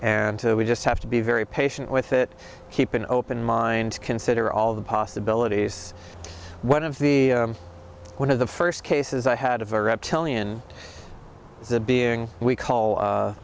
and we just have to be very patient with it keep an open mind to consider all the possibilities one of the one of the first cases i had a very reptilian being we call